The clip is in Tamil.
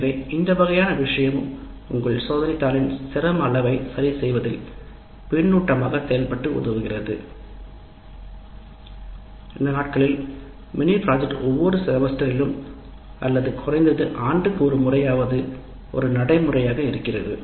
எனவே இந்த வகையான விஷயமும் உங்கள் சோதனைத் தாளின் சிரமம் அளவை சரிசெய்வதில் பின்னூட்டமாக செயல்பட்டு உதவுகிறது இந்த நாட்களில் இந்த ஒரு மினி திட்டம் ஒவ்வொரு செமஸ்டரிலும் அல்லது குறைந்தது ஒவ்வொரு ஆண்டாவது ஒரு நடைமுறையாக மாறுகிறது